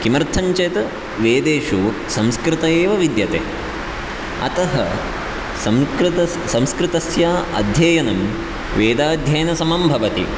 किमर्थं चेत् वेदेषु संस्कृत एव विद्यते अतः संकृत संस्कृतस्य अध्ययनं वेदाध्ययनसमं भवति